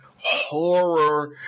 horror